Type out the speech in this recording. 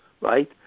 right